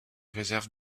réserves